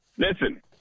Listen